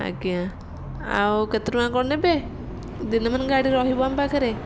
ଆଜ୍ଞା ଆଉ କେତେ ଟଙ୍କା କ'ଣ ନେବେ ଦିନମାନ ଗାଡ଼ି ରହିବ ଆମ ପାଖରେ